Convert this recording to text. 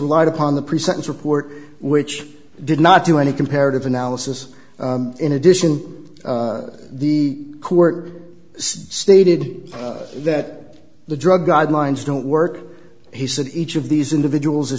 relied upon the pre sentence report which did not do any comparative analysis in addition the court stated that the drug guidelines don't work he said each of these individuals